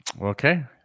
Okay